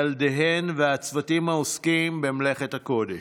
ילדיהן והצוותים העוסקים במלאכת הקודש.